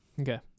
Okay